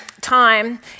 Time